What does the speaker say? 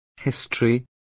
history